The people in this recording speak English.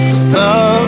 stop